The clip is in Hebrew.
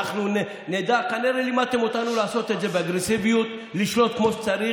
אנחנו עוד נמליץ עליך להשיא משואה.